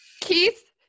Keith